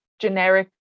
generic